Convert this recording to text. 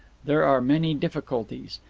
there are many difficulties.